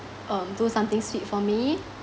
um do something sweet for me